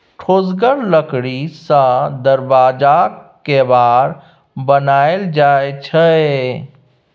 ठोसगर लकड़ी सँ दरबज्जाक केबार बनाएल जाइ छै